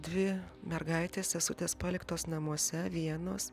dvi mergaitės sesutės paliktos namuose vienos